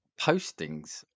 postings